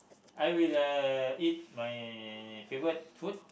I will uh eat my favorite food